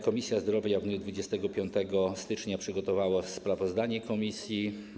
Komisja Zdrowia w dniu 25 stycznia przygotowała sprawozdanie komisji.